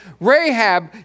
Rahab